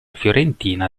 fiorentina